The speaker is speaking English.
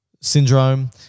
syndrome